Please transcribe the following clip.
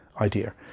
idea